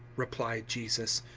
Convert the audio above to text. replied jesus,